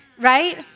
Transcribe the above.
right